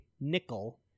nickel